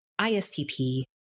ISTP